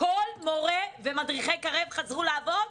כל מורי ומדריכי קרב חזרו לעבודה?